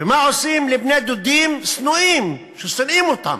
ומה עושים לבני-דודים שנואים, ששונאים אותם,